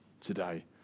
today